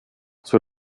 zur